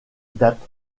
date